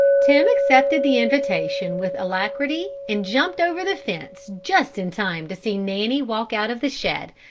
tim accepted the invitation with alacrity and jumped over the fence just in time to see nanny walk out of the shed,